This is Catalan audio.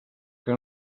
que